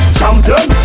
champion